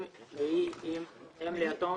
והיא אם ליתום